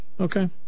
Okay